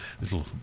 little